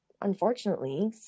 unfortunately